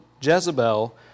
Jezebel